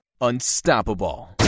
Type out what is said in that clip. unstoppable